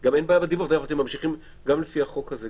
וגם אין בעיה בדיווח גם לפי החוק הזה,